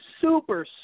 super